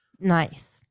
Nice